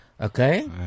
Okay